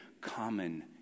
common